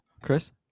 Chris